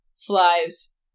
flies